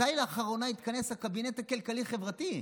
מתי לאחרונה התכנס הקבינט הכלכלי-חברתי?